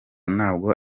ntabwo